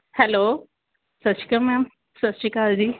hello ਸਤਿ ਸ਼੍ਰੀ ਅਕਾਲ ਮੈਮ ਸਤਿ ਸ਼੍ਰੀ ਅਕਾਲ ਜੀ